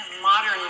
modern